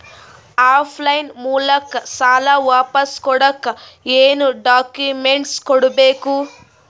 Of line ಮೂಲಕ ಸಾಲ ವಾಪಸ್ ಕೊಡಕ್ ಏನು ಡಾಕ್ಯೂಮೆಂಟ್ಸ್ ಕೊಡಬೇಕು?